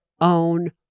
own